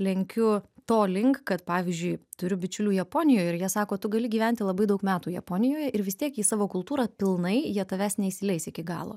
lenkiu to link kad pavyzdžiui turiu bičiulių japonijoj ir jie sako tu gali gyventi labai daug metų japonijoje ir vis tiek jie į savo kultūrą pilnai jie tavęs neįsileis iki galo